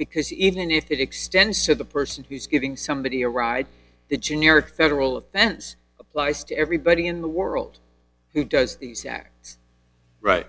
because even if it extends to the person who's giving somebody a ride the jr federal offense applies to everybody in the world who does the sac right